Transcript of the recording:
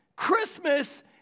Christmas